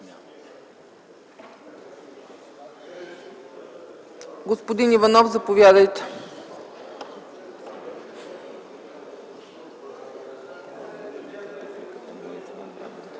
Господин Божинов, заповядайте